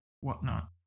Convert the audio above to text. whatnot